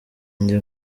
nje